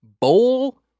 bowl